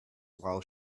while